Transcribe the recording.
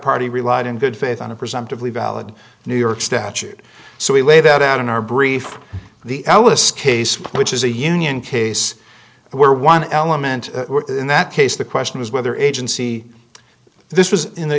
party relied in good faith on a presumptively valid new york statute so we lay that out in our brief the ellis case which is a union case where one element in that case the question is whether agency this was in the